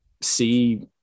see